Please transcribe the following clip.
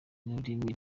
n’ururimi